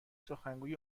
سخنگوی